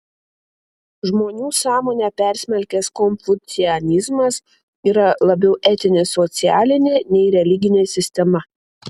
žmonių sąmonę persmelkęs konfucianizmas yra labiau etinė socialinė nei religinė sistema